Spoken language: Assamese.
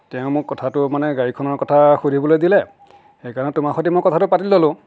তেওঁ মোক কথাটো মানে গাড়ীখনৰ কথা সুধিবলৈ দিলে সেইকাৰণে তোমাক সৈতে মই কথাটো পাতি ল'লোঁ